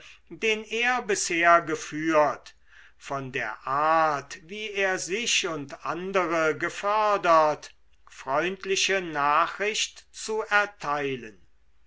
den er bisher geführt von der art wie er sich und andere gefördert freundliche nachricht zu erteilen